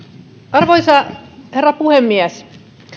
arvoisa herra puhemies